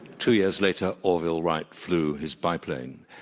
two years later, orville wright flew his biplane.